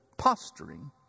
Posturing